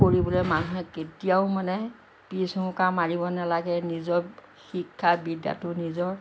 কৰিবলৈ মানুহে কেতিয়াও মানে পিছহুহুকা মাৰিব নালাগে নিজৰ শিক্ষা বিদ্যাটো নিজৰ